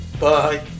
Bye